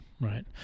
Right